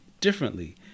differently